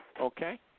okay